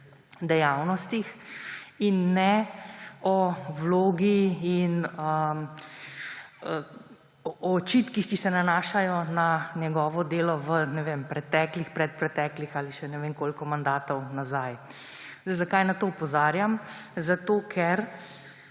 dejavnostih in ne o vlogi in očitkih, ki se nanašajo na njegovo delo v, ne vem, preteklih, predpreteklih ali še ne vem koliko mandatov nazaj. Zakaj na to opozarjam? Zato ker